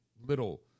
little